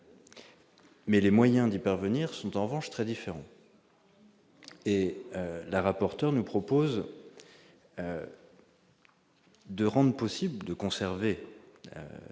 mais les moyens d'y parvenir sont en revanche très différents et la rapporteure nous propose de rendre possible de conserver